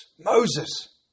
Moses